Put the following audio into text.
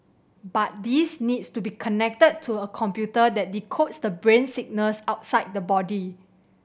but these needs to be connected to a computer that decodes the brain signals outside the body